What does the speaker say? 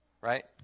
right